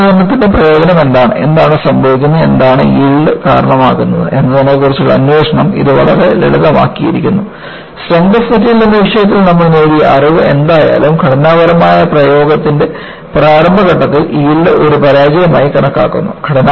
yield മാനദണ്ഡത്തിന്റെ പ്രയോജനം എന്താണ് എന്താണ് സംഭവിക്കുന്നത് എന്താണ് യീൽഡ്ന് കാരണമാകുന്നത് എന്നതിനെക്കുറിച്ചുള്ള അന്വേഷണം ഇത് വളരെ ലളിതമാക്കിയിരിക്കുന്നു സ്ട്രെങ്ത് ഓഫ് മെറ്റീരിയൽ എന്ന വിഷയത്തിൽ നമ്മൾ നേടിയ അറിവ് എന്തായാലും ഘടനാപരമായ പ്രയോഗത്തിന്റെ പ്രാരംഭ ഘട്ടത്തിൽ യീൽഡ് ഒരു പരാജയമായി കണക്കാക്കപ്പെടുന്നു